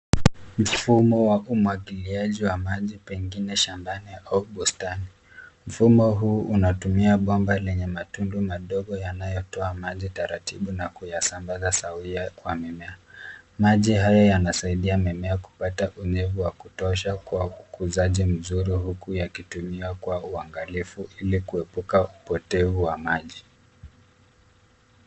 Mfumo wa umwagiliaji wa maji pengine shambani au bustani. Mfumo huu unatumia bomba lenye matundu madogo yanayotoa maji taratibu na kuyasambaza sawia kwa mimea. Maji hayo yanasaidia mimea kupata unyevu wa kutosha kwa kukuzaji mzuri, huku yakitumiwa kwa uangalifu ili kuepuka upotevu wa maji.